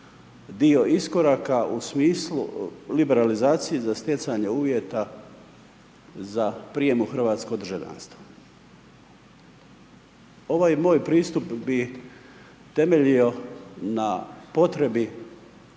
dio iskoraka u smislu liberalizacije za stjecanje uvjeta, za prijam u hrvatsko državljanstvo. Ovaj moj pristup bi temeljio na potrebi